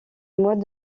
mois